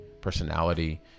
personality